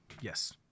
yes